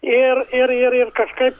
ir ir ir ir kažkaip